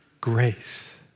grace